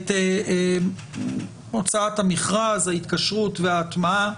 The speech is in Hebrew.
הוצאת המכרז, ההתקשרות וההטמעה,